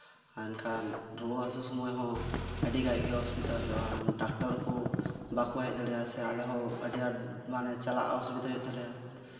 ᱢᱮᱱᱠᱷᱟᱱ ᱨᱩᱣᱟᱹ ᱦᱟᱹᱥᱩ ᱥᱚᱢᱚᱭ ᱟᱹᱰᱤ ᱜᱟᱱ ᱜᱮ ᱚᱥᱩᱵᱤᱫᱷᱟ ᱦᱩᱭᱩᱜᱼᱟ ᱰᱟᱠᱴᱟᱨ ᱦᱚᱸᱠᱚ ᱵᱟᱠᱚ ᱦᱮᱡ ᱫᱟᱲᱮᱭᱟᱜᱼᱟ ᱥᱮ ᱟᱞᱮ ᱦᱚᱸ ᱟᱹᱰᱤ ᱟᱸᱴ ᱪᱟᱞᱟᱜ ᱚᱥᱩᱵᱤᱫᱷᱟ ᱦᱩᱭᱩᱜ ᱛᱟᱞᱮᱭᱟ